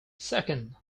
second